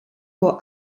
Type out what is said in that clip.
von